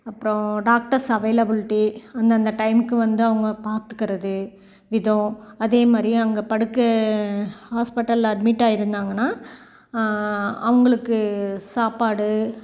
அப்புறம் doctors availability அந்தந்த டைமுக்கு வந்து அவங்க பார்த்துக்கறது விதம் அதே மாதிரி அங்கே படுக்கை ஹாஸ்பிட்டல் அட்மிட் ஆகிருந்தாங்கன்னா அவங்களுக்கு சாப்பாடு